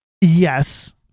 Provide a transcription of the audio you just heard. yes